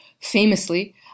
famously